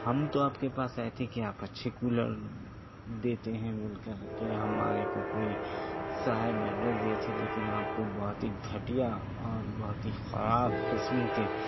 ہم تو آپ کے پاس آئے تھے کہ آپ اچھے کولر دیتے ہیں بول کر کے ہمارے کو کوئی صاحب ایڈرس دییے تھے لیکن آپ تو بہت ہی گھٹیا اور بہت ہی خراب قسم کے